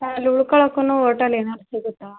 ಹಾಂ ಅಲ್ಲಿ ಉಳ್ಕೊಳಕ್ಕೂ ಓಟಲ್ ಏನಾದ್ರೂ ಸಿಗುತ್ತಾ